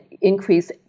increase